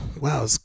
Wow